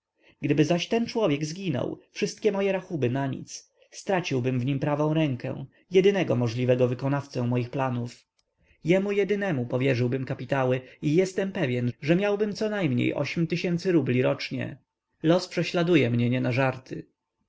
gdyby zaś ten człowiek zginął wszystkie moje rachuby na nic straciłbym w nim prawą rękę jedynego możliwego wykonawcę moich planów jemu jednemu powierzyłbym kapitały i jestem pewny że miałbym conajmniej ośm tysięcy rubli rocznie los prześladuje mnie nie na żarty